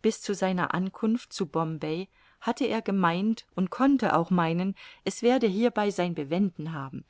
bis zu seiner ankunft zu bombay hatte er gemeint und konnte auch meinen es werde hierbei sein bewenden haben